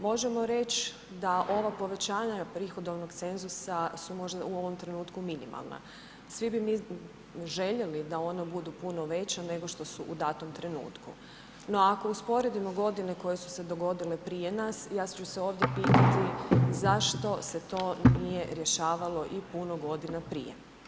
Možemo reć da ova povećanja od prihodovnog cenzusa su možda u ovom trenutku minimalna, svi bi željeli da ona budu puno veća nego što su u datom trenutku no ako usporedimo godine koje su se dogodile prije nas, ja ću se ovdje pitati zašto se to nije rješavalo i puno godina prije.